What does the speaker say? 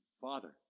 Father